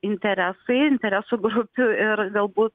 interesai interesų grupių ir galbūt